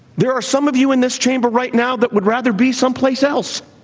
there are some of you in this chamber right now that would rather be someplace else.